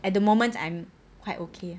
at the moment I'm quite okay